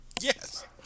yes